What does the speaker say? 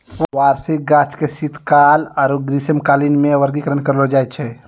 वार्षिक गाछ के शीतकाल आरु ग्रीष्मकालीन मे वर्गीकरण करलो जाय छै